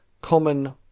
common